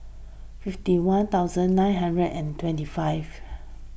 fifty one thousand nine hundred and twenty five